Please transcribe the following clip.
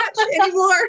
anymore